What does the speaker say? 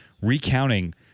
recounting